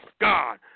God